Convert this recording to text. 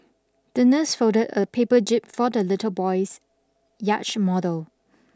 the nurse folded a paper jib for the little boy's yacht model